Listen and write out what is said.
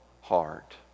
heart